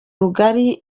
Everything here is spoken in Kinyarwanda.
rugari